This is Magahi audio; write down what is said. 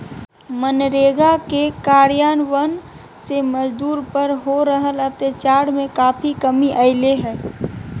मनरेगा के कार्यान्वन से मजदूर पर हो रहल अत्याचार में काफी कमी अईले हें